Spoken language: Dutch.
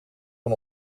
van